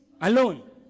alone